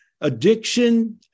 addiction